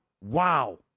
Wow